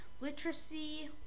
literacy